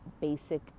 basic